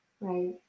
right